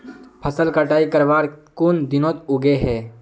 फसल कटाई करवार कुन दिनोत उगैहे?